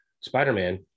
Spider-Man